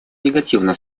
негативно